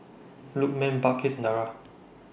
Lukman Balqis and Dara